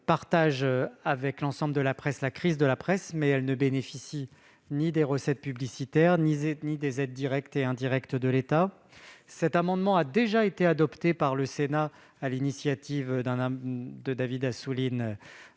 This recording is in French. de la crise, comme l'ensemble de la presse, mais elles ne bénéficient ni des recettes publicitaires ni des aides directes et indirectes de l'État. Cet amendement a déjà été adopté par le Sénat, sur l'initiative de David Assouline,